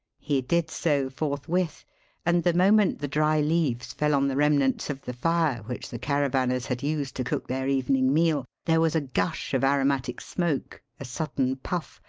he did so forthwith and the moment the dry leaves fell on the remnants of the fire which the caravanners had used to cook their evening meal there was a gush of aromatic smoke, a sudden puff,